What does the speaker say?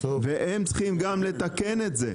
והם צריכים גם לתקן את זה.